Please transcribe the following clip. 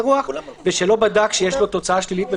אני מוכן לדבר עם